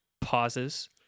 pauses